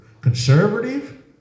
Conservative